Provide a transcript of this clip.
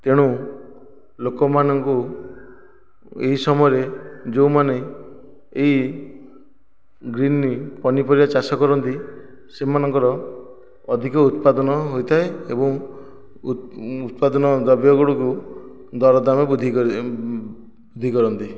ତେଣୁ ଲୋକମାନଙ୍କୁ ଏହି ସମୟରେ ଯେଉଁମାନେ ଏହି ଗ୍ରୀନ ପନିପରିବା ଚାଷ କରନ୍ତି ସେମାନଙ୍କର ଅଧିକ ଉତ୍ପାଦନ ହୋଇଥାଏ ଏବଂ ଉତ୍ପାଦନ ଦ୍ରବ୍ୟ ଗୁଡ଼ିକୁ ଦରଦାମ ବୃଦ୍ଧି କରନ୍ତି